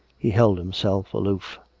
he held himself aloof.